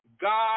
God